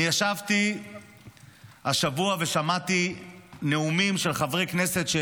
ישבתי השבוע ושמעתי נאומים של חברי כנסת,